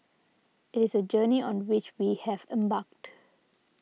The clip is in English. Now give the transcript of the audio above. it is a journey on which we have embarked